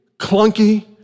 clunky